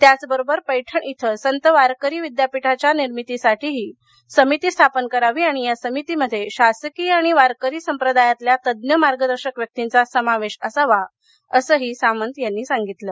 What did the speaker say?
त्याचबरोबर पक्षि इथं संतवारकरी विद्यापीठाच्या निर्मितीसाठीही समिती स्थापन करावी आणि या समितीमध्ये शासकीय आणि वारकरी संप्रदायातल्या तज्ज्ञ मार्गदर्शक व्यक्तींचा समावेश असावा असंही सामंत यांनी सांगितलं